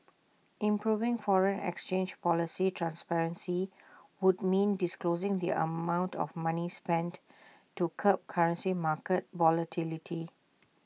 improving foreign exchange policy transparency would mean disclosing the amount of money spent to curb currency market volatility